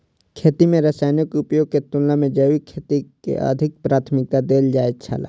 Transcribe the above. खेती में रसायनों के उपयोग के तुलना में जैविक खेती के अधिक प्राथमिकता देल जाय छला